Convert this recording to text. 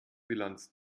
bilanz